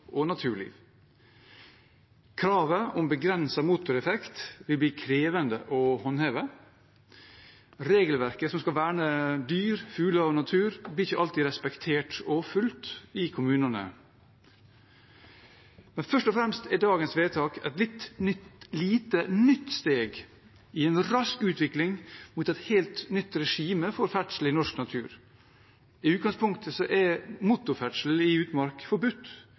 og naturliv. Kravet om begrenset motoreffekt vil bli krevende å håndheve. Regelverket som skal verne dyr, fugler og natur, blir ikke alltid respektert og fulgt i kommunene. Men først og fremst er dagens vedtak et nytt lite steg i en rask utvikling mot et helt nytt regime for ferdsel i norsk natur. I utgangspunktet er motorferdsel i utmark forbudt.